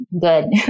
good